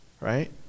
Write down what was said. right